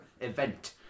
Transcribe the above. event